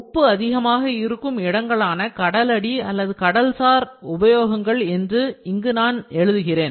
உப்பு அதிகமாக இருக்கும் இடங்களான கடலடி அல்லது கடல்சார் உபயோகங்கள் என்று இங்கு நான் எழுதுகிறேன்